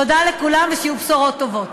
תודה לכולם ושיהיו בשורות טובות.